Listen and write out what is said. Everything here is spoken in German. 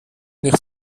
nicht